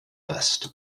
best